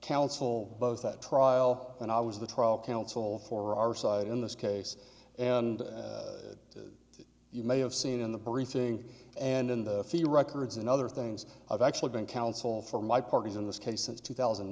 council both that trial and i was the trial counsel for our side in this case and as you may have seen in the precinct and in the field records and other things i've actually been counsel for my partners in this case since two thousand